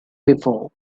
before